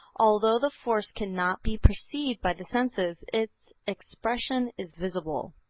although the force cannot be perceived by the senses, its expression is visible.